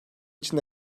için